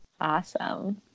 awesome